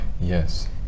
Yes